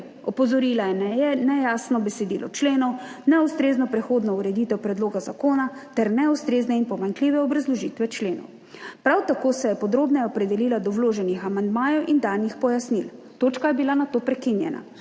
Opozorila je na nejasno besedilo členov, neustrezno prehodno ureditev predloga zakona ter neustrezne in pomanjkljive obrazložitve členov. Prav tako se je podrobneje opredelila do vloženih amandmajev in danih pojasnil. Obravnava točke je bila nato prekinjena.